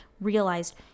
realized